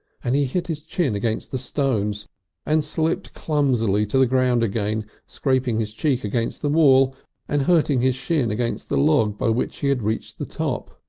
and he hit his chin against the stones and slipped clumsily to the ground again, scraping his cheek against the wall and hurting his shin against the log by which he had reached the top.